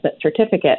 certificate